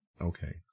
okay